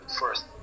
first